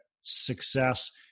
success